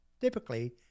typically –